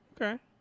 okay